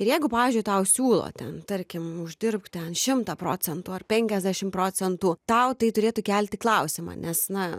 ir jeigu pavyzdžiui tau siūlo ten tarkim uždirbt ten šimtą procentų ar penkiasdešim procentų tau tai turėtų kelti klausimą nes na